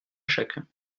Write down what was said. chacun